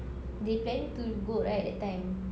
they planning to go right that time